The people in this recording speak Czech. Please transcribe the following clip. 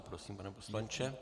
Prosím, pane poslanče.